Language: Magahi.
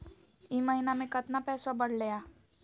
ई महीना मे कतना पैसवा बढ़लेया?